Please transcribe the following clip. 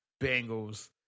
Bengals